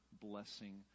blessing